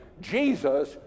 Jesus